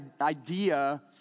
idea